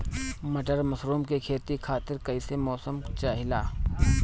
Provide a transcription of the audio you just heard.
Button mushroom के खेती खातिर कईसे मौसम चाहिला?